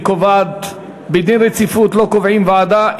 היא קובעת: בדין רציפות לא קובעים ועדה.